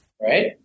Right